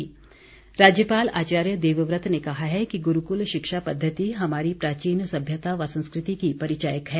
राज्यपाल राज्यपाल आचार्य देवव्रत ने कहा है कि गुरूकुल शिक्षा पद्धति हमारी प्राचीन सभ्यता व संस्कृति की परिचायक है